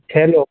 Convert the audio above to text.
چھ لوگ